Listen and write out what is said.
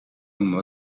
noemen